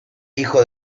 hijo